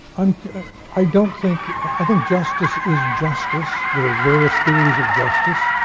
um i don't think, i think justice is justice. there are various theories of justice.